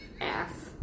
ass